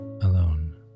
alone